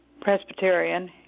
Presbyterian